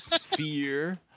Fear